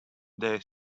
they